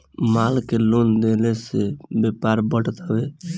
माल के लेन देन से व्यापार बढ़त हवे